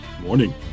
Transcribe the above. Morning